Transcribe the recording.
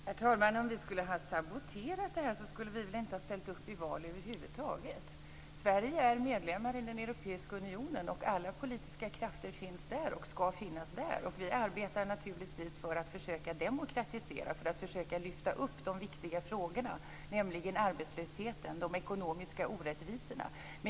Herr talman! Om vi skulle ha saboterat skulle vi väl inte ha ställt upp i val över huvud taget. Sverige är medlem i den europeiska unionen, och alla politiska krafter finns där och skall finnas där. Vi arbetar naturligtvis för att försöka demokratisera, för att försöka lyfta upp de viktiga frågorna, nämligen arbetslösheten och de ekonomiska orättvisorna.